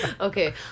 Okay